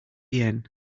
yen